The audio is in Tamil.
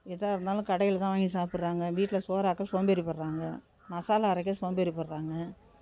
எதாக இருந்தாலும் கடையில் தான் வாங்கி சாப்பிட்றாங்க வீட்டில் சோறு ஆக்க சோம்பேறி படுறாங்க மசாலா அரைக்க சோம்பேறி படுறாங்க